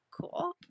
cool